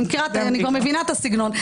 אני כבר מבינה את הסגנון.